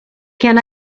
can